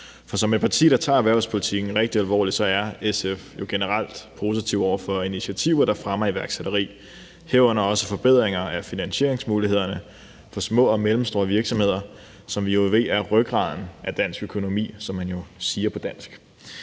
For som et parti, der tager erhvervspolitikken rigtig alvorligt, er SF jo generelt positive over for initiativer, der fremmer iværksætteri, herunder også forbedringer af finansieringsmulighederne for små og mellemstore virksomheder, som vi ved er rygraden i dansk økonomi,